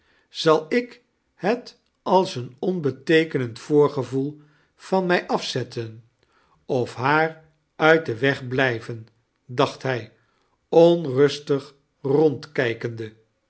zail ik het als een ooibeteekenend voorgevoal van mij afzetten of haar uit den weg blgven dacht hij onrustig